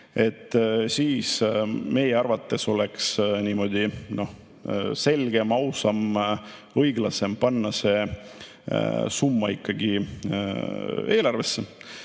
siis meie arvates oleks selgem, ausam, õiglasem panna see summa ikkagi eelarvesse.